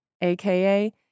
AKA